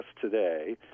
today